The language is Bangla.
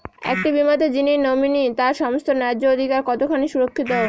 একটি বীমাতে যিনি নমিনি তার সমস্ত ন্যায্য অধিকার কতখানি সুরক্ষিত?